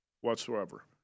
whatsoever